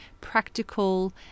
practical